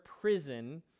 prison